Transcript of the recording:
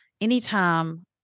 anytime